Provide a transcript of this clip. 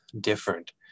different